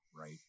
right